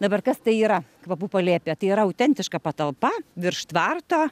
dabar kas tai yra kvapų palėpė tai yra autentiška patalpa virš tvarto